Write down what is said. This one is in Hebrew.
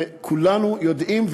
וכולנו יודעים,